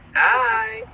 hi